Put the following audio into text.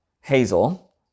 Hazel